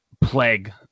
plague